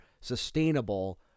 sustainable